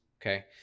okay